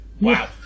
Wow